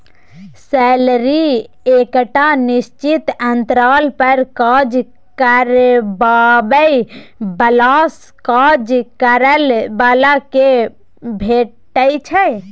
salary एकटा निश्चित अंतराल पर काज करबाबै बलासँ काज करय बला केँ भेटै छै